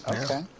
okay